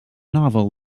novel